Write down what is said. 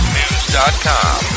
news.com